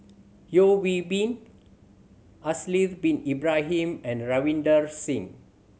Yeo Hwee Bin Haslir Bin Ibrahim and Ravinder Singh